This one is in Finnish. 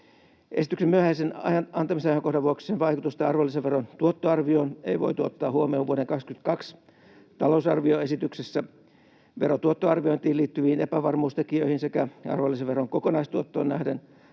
Esityksen myöhäisen antamisajankohdan vuoksi sen vaikutusta arvonlisäveron tuottoarvioon ei voitu ottaa huomioon vuoden 22 talousarvioesityksessä. Verotuottoarviointiin liittyvien epävarmuustekijöiden sekä arvonlisäveron kokonaistuottoon nähden